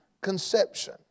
conception